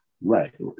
right